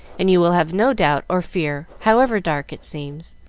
and you will have no doubt or fear, however dark it seems.